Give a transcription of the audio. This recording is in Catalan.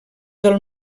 del